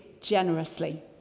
generously